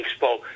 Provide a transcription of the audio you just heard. Expo